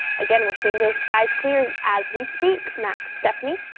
again we're seeing those skies clear as we speak next, stephanie.